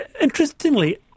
interestingly